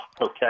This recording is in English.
Okay